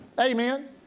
Amen